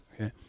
okay